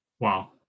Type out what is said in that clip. Wow